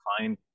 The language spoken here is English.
find